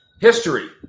history